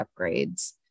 upgrades